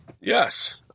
Yes